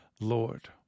Lord